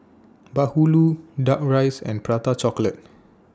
Bahulu Duck Rice and Prata Chocolate